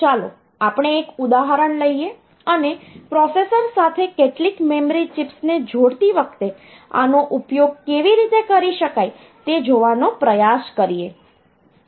ચાલો આપણે એક ઉદાહરણ લઈએ અને પ્રોસેસર સાથે કેટલીક મેમરી ચિપ્સને જોડતી વખતે આનો ઉપયોગ કેવી રીતે કરી શકાય તે જોવાનો પ્રયાસ કરીએ